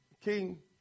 King